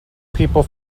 people